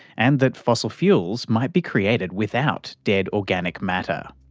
and that fossil fuels might be created without dead organic matter.